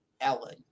Ellen